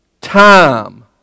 Time